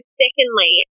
secondly